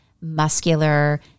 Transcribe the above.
muscular